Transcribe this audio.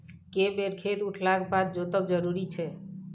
के बेर खेत उठला के बाद जोतब जरूरी छै?